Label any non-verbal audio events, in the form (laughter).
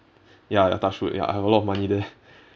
ya ya touch wood ya I have a lot of money there (breath)